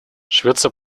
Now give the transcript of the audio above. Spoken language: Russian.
швеция